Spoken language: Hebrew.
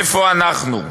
איפה אנחנו?